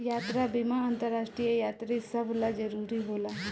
यात्रा बीमा अंतरराष्ट्रीय यात्री सभ ला जरुरी होला